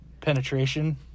penetration